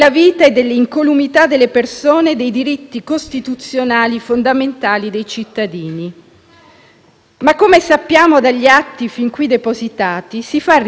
Ma, come sappiamo dagli atti fin qui depositati, si fa riferimento, oltre che alla domanda di autorizzazione del tribunale di Catania, alla memoria